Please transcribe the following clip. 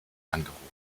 angerufen